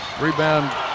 Rebound